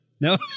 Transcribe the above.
no